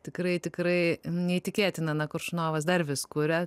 tikrai tikrai neįtikėtinana koršunovas dar vis kuria